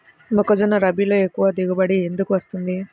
మొక్కజొన్న రబీలో ఎక్కువ దిగుబడి ఎందుకు వస్తుంది?